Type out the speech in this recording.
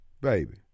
baby